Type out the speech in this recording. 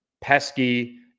pesky